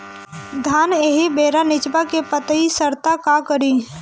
धान एही बेरा निचवा के पतयी सड़ता का करी?